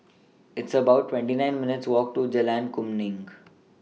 It's about twenty nine minutes' Walk to Jalan Kemuning